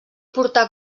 portar